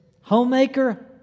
homemaker